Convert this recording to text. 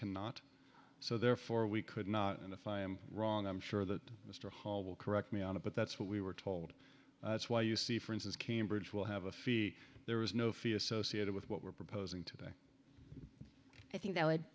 cannot so therefore we could not and if i am wrong i'm sure that mr hall will correct me on it but that's what we were told that's why you see for instance cambridge will have a fee there is no fee associated with what we're proposing today i think that would